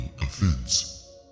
offense